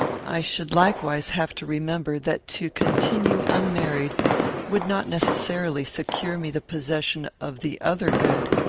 i should likewise have to remember, that to continue unmarried would not necessarily secure me the possession of the other good